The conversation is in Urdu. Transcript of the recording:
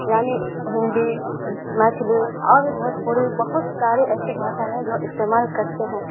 یعنی ہندی میتھلی اور بھی بھوجپوری بہت سارے ایسے بھاشا ہیں جو استعمال کرتے ہیں